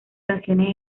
canciones